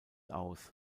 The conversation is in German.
aus